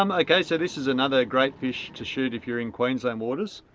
um okay, so this is another great fish to shoot if you're in queensland waters.